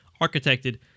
architected